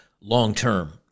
long-term